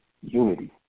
unity